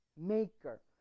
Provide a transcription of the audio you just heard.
maker